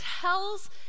tells